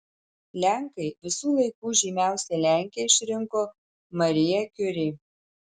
lenkai visų laikų žymiausia lenke išrinko mariją kiuri